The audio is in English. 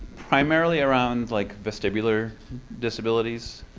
primarily around, like, vestibular disabilities.